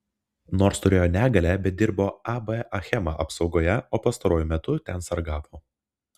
nors turėjo negalią bet dirbo ab achema apsaugoje o pastaruoju metu ten sargavo